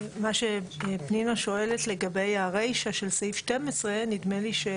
אבל מה שפנינה שואלת לגבי הרישה של סעיף 12 נדמה לי.